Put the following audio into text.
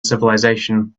civilisation